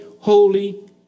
holy